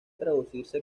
traducirse